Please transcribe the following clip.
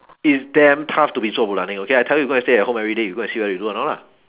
it's damn tough to be 做 bo lan eh okay I tell you you go and stay at home every day you go and see whether you do or not lah